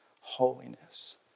holiness